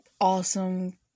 awesome